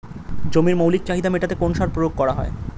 জমির মৌলিক চাহিদা মেটাতে কোন সার প্রয়োগ করা হয়?